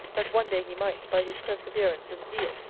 that one day he might, by his perseverance and zeal,